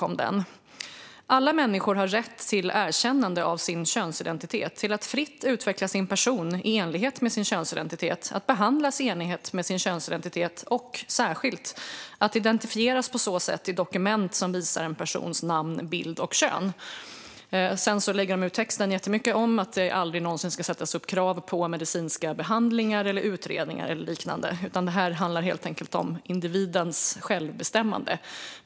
Det står: Alla människor har rätt till erkännande av sin könsidentitet, till att fritt utveckla sin person i enlighet med sin könsidentitet, till att behandlas i enlighet med sin könsidentitet och, särskilt, till att identifieras på så sätt i dokument som visar en persons namn, bild och kön. Man lägger sedan ut texten jättemycket om att det aldrig någonsin ska ställas krav på medicinska behandlingar, utredningar eller liknande utan att detta helt enkelt handlar om individens självbestämmande.